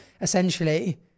essentially